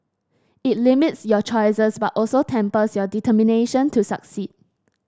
it limits your choices but also tempers your determination to succeed